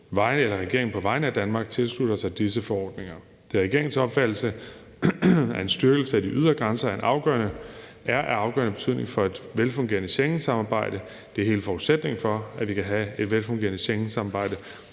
regeringen på vegne af Danmark tilslutter sig disse forordninger. Det er regeringens opfattelse, at en styrkelse af de ydre grænser er af afgørende betydning for et velfungerende Schengensamarbejde. Det er hele forudsætningen for, at vi kan have et velfungerende Schengensamarbejde,